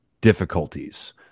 difficulties